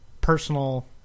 personal